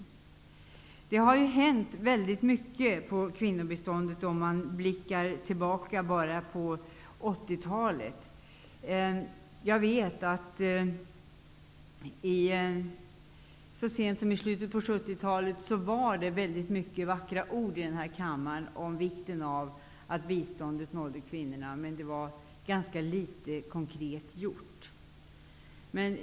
Väldigt mycket har hänt beträffande kvinnobiståndet. Vi behöver då bara blicka tillbaka till 80-talet. Jag vet att det här i kammaren så sent som i slutet av 70-talet sades väldigt många vackra ord om vikten av att biståndet nådde kvinnorna. Men det var ganska litet av konkreta åtgärder.